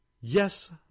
Yes